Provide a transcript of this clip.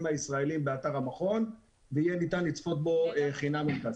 הישראליים באתר המכון ויהיה ניתן לצפות בו חינם אין כסף.